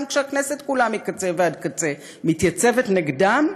כשהכנסת כולה מקצה ועד קצה מתייצבות נגדם,